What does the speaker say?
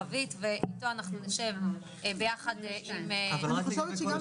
על מתן תמיכות בשנת 2022. שוב אני אומרת שאנחנו לא